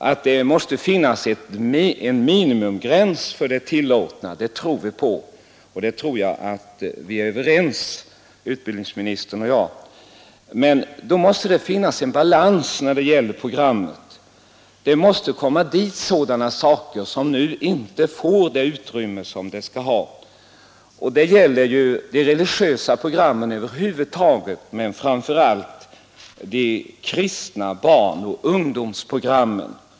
Att det måste finnas en minimigräns för det tillåtna tror vi på, och där är väl också utbildningsministern och jag överens. Men det måste då finnas en balans när det gäller programmen — det måste komma dit sådana saker som nu inte får det utrymme som de skall ha. Det gäller de religiösa programmen över huvud taget men framför allt de kristna barnoch ungdomsprogrammen.